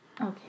Okay